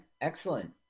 Excellent